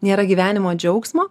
nėra gyvenimo džiaugsmo